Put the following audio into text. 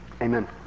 Amen